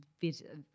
bit